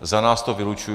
Za nás to vylučuji.